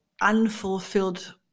unfulfilled